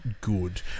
good